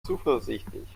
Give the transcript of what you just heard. zuversichtlich